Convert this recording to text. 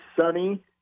sunny